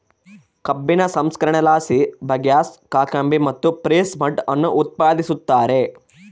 ಕಬ್ಬಿನ ಸಂಸ್ಕರಣೆಲಾಸಿ ಬಗ್ಯಾಸ್, ಕಾಕಂಬಿ ಮತ್ತು ಪ್ರೆಸ್ ಮಡ್ ಅನ್ನು ಉತ್ಪಾದಿಸುತ್ತಾರೆ